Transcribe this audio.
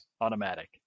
automatic